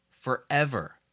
Forever